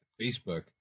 Facebook